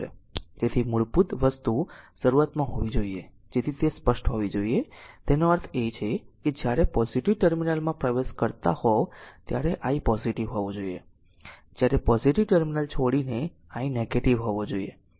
તેથી મૂળભૂત વસ્તુ શરૂઆતમાં હોવી જોઈએ જેથી તે સ્પષ્ટ હોવી જોઈએ તેનો અર્થ એ છે કે જ્યારે પોઝીટીવ ટર્મિનલમાં પ્રવેશ કરતો હોવ ત્યારે i પોઝીટીવ હોવો જોઈએ જ્યારે પોઝીટીવ ટર્મિનલ છોડીને i નેગેટીવ હોવો જોઈએ